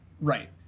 Right